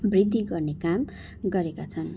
वृद्धि गर्ने काम गरेका छन्